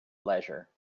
leisure